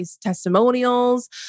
testimonials